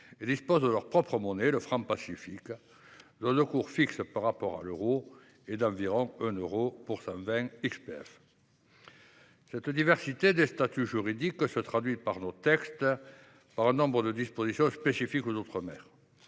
disposent de leur propre monnaie, le franc Pacifique, dont le cours, fixe par rapport à l’euro, est d’environ 1 euro pour 120 XPF. Cette diversité de statuts juridiques se traduit dans nos textes par nombre de dispositions spécifiques aux outre mer.